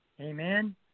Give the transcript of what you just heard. Amen